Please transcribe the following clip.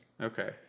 Okay